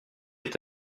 est